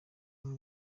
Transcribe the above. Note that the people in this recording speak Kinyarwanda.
aho